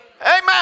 Amen